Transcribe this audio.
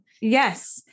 Yes